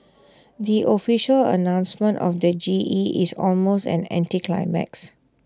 the official announcement of the G E is almost an anticlimax